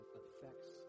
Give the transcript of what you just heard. affects